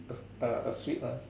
a a sweet lah